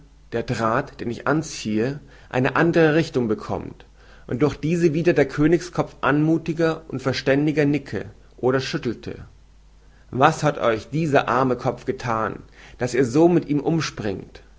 der draht den ich anziehe eine andere richtung bekommt und durch diese wieder der königskopf anmuthiger und verständiger nicke oder schüttele was hat euch dieser arme kopf gethan daß ihr so mit ihm umspringt